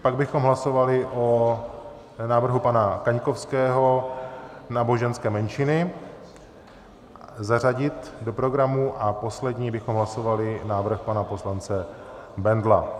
Pak bychom hlasovali o návrhu pana Kaňkovského, náboženské menšiny zařadit do programu, a poslední bychom hlasovali návrh pana poslance Bendla.